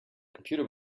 computer